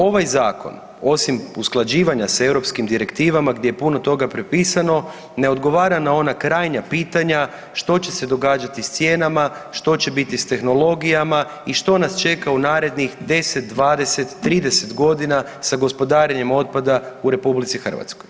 Ovaj Zakon, osim usklađivanja s europskih direktivama gdje je puno toga prepisano, ne odgovara na onaj krajnja pitanja što će se događati s cijenama, što će biti s tehnologijama i što nas čeka u narednih 10, 20, 30 godina sa gospodarenjem otpada u RH.